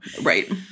Right